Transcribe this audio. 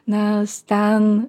nes ten